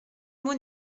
mot